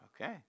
Okay